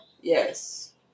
Yes